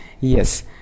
yes